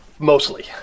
Mostly